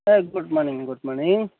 A good morning good morning